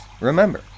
Remember